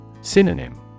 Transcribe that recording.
Synonym